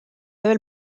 ööl